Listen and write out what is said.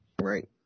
Right